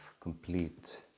complete